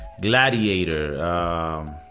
Gladiator